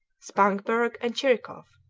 spangberg and chirikoff,